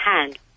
hand